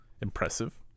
impressive